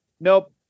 nope